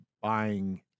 buying